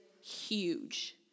huge